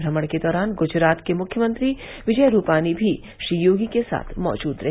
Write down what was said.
भ्रमण के दौरान गुजरात के मुख्यमंत्री विजय रूपानी भी श्री योगी के साथ मौजूद रहे